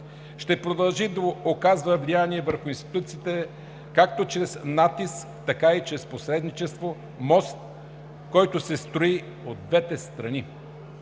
Ще продължи да оказва влияние върху институциите както чрез натиск, така и чрез посредничество – мост, който се строи от двете страни.